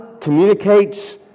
communicates